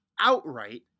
outright